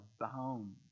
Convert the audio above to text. abound